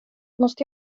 måste